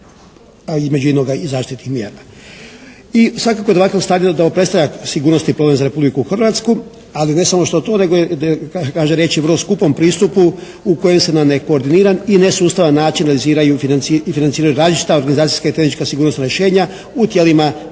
I svakako da … /Ne razumije se./ … da on predstavlja sigurnosni problem za Republiku Hrvatsku, ali ne samo što to nego kaže riječ je o vrlo skupom pristupu u kojem se na nekoordiniran i nesustavan način realiziraju i financiraju različita organizacijska i tržišna sigurnosna rješenja u tijelima državne